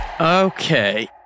Okay